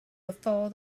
before